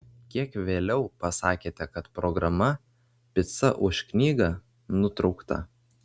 kiek vėliau pasakėte kad programa pica už knygą nutraukta